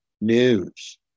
news